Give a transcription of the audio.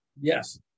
Yes